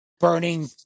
Burning